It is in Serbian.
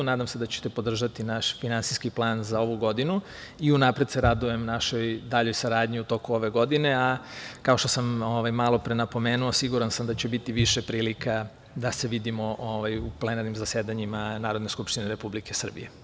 Nadam se da ćete podržati naš finansijski plan za ovu godinu i unapred se radujem našoj daljoj saradnji u toku ove godine, a kao što sam malopre napomenuo siguran sam da će biti više prilika da se vidimo u plenarnim zasedanjima Narodne skupštine Republike Srbije.